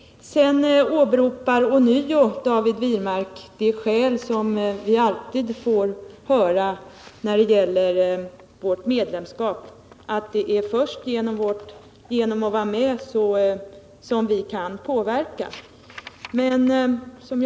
Vidare åberopar David Wirmark ånyo det skäl som vi alltid får höra för svenskt medlemskap i Världsbanken, nämligen att det är först genom att vara med i Världsbanken som Sverige kan påverka dess politik.